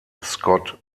scott